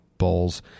balls